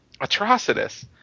Atrocitus